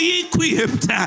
equipped